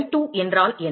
L2 என்றால் என்ன